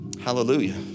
Hallelujah